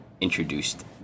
introduced